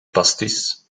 pastis